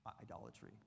idolatry